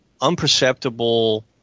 unperceptible